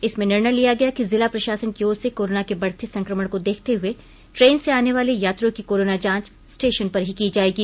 इसमें निर्णय लिया गया कि जिला प्रशासन की ओर से कोरोना के बढ़ते संकमण को देखते हुए ट्रेन से आने वाले यात्रियों की कोरोना जांच स्टेशन पर ही की जायेगी